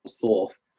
fourth